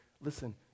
listen